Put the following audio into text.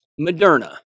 Moderna